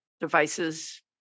devices